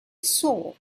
saw